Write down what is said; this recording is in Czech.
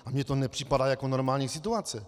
A mně to nepřipadá jako normální situace.